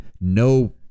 no